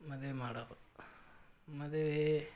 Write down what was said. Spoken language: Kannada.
ಮದ್ವೆ ಮಾಡೋದು ಮದುವೆ